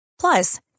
plus